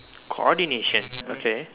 coordination okay